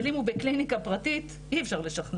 אבל אם הוא בקליניקה פרטית אי אפשר לשכנע